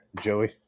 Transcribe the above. Joey